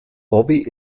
bobby